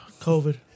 COVID